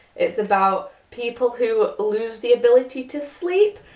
it's about people who lose the ability to sleep.